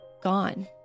gone